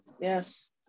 Yes